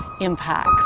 impacts